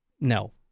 No